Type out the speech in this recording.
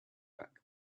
back